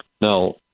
Now